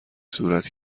صورت